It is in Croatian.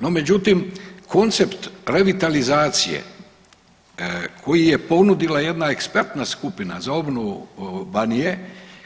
No međutim, koncept revitalizacije koji je ponudila jedna ekspertna skupina za obnovu Banije